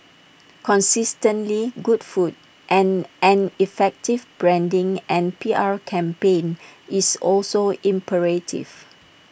consistently good food and an effective branding and P R campaign is also imperative